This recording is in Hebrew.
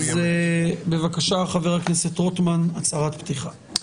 בבקשה, חבר הכנסת רוטמן, הצהרת פתיחה.